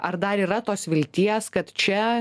ar dar yra tos vilties kad čia